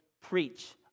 preach